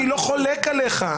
אני לא חולק עליך,